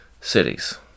cities